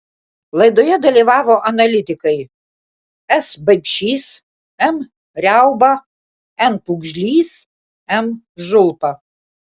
laidoje dalyvavo analitikai s baipšys m riauba n pugžlys m žulpa